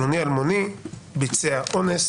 פלוני אלמוני ביצע אונס